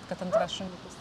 kad antras šuniukas